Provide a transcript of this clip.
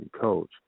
coach